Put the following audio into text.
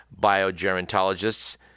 biogerontologists